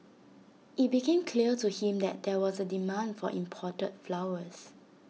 IT became clear to him that there was A demand for imported flowers